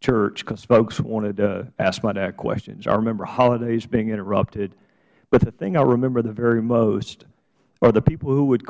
church because folks wanted to ask my dad questions i remember holidays being interrupted but the thing i remember the very most are the people who would